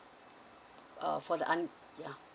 uh for the un~ ya